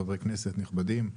חברי כנסת נכבדים,